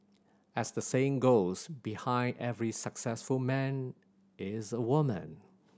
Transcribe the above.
as the saying goes behind every successful man is a woman